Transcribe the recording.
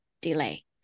delay